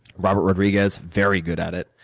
robert rodriguez, very good at it.